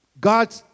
God